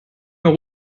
mehr